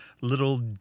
little